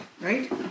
right